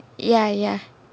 ya ya